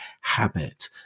habit